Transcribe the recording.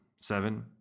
seven